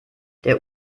der